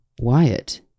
Wyatt